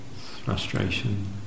frustration